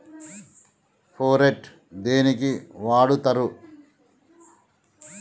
Phorate దేనికి వాడుతరు?